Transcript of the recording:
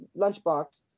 Lunchbox